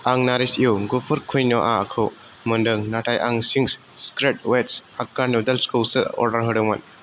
आं नारिश यु गुफुर कुइन'आखौ मोनदों नाथाय आं Ching's secret veg hakka noodles खौसो अर्डार होदोंमोन